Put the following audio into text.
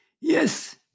Yes